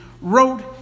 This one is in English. wrote